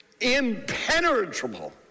impenetrable